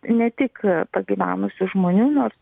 ne tik pagyvenusių žmonių nors